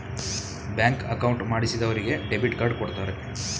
bank account ಮಾಡಿಸಿದರಿಗೆ debit card ಕೊಡ್ತಾರೆ